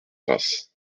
grasse